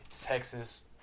Texas